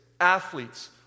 athletes